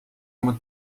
oma